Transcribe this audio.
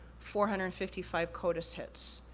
four hundred and fifty five codis hits.